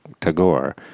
Tagore